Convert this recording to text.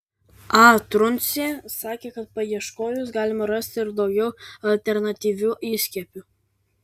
a truncė sakė kad paieškojus galima rasti ir daugiau alternatyvių įskiepių